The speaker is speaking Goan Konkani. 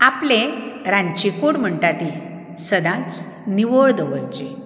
आपलें रांदची कूड म्हणटा ती सदांच निवळ दवरची